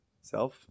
self